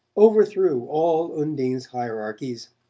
overthrew all undine's hierarchies.